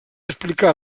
explicar